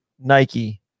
Nike